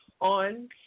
on